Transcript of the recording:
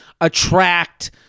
attract